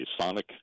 sonic